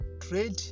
trade